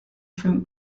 from